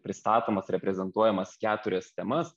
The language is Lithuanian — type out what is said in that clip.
pristatomas reprezentuojamas keturias temas